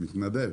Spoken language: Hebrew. גואטה